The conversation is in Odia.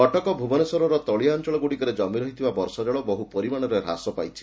କଟକ ଭୁବନେଶ୍ୱରର ତଳିଆ ଅଅଳଗୁଡିକରେ କମି ରହିଥିବା ବର୍ଷା ଜଳ ବହୁ ପରିମାଣରେ ହ୍ରାସ ପାଇଛି